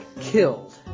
killed